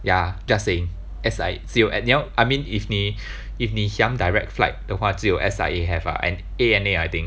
ya just saying S_I~ 只有 S 你要 I mean if 你 if 你想 direct flight 的话只有 S_I_A have ah and A_N_A I think